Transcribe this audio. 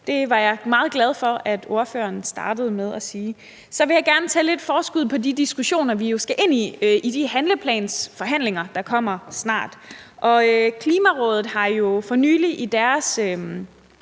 Det var jeg meget glad for at ordføreren startede med at sige. Så vil jeg gerne tage lidt forskud på de diskussioner, vi jo skal have i forbindelse med de handleplansforhandlinger, der kommer snart. Klimarådet har jo for nylig i deres